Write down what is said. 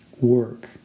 work